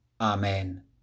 Amen